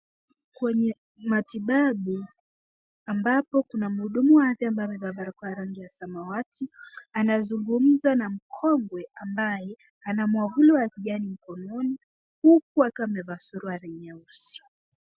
Kwenye matibabu, ambapo kuna muhudumu wa afya ambaye amevaa barakoa ya rangi ya samawati, anazungumza na mkongwe ambaye ana mwavuli wa kijani mkononi, huku akiwa amevaa suruali nyeusi.